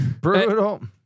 Brutal